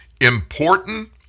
important